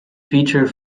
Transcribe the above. feature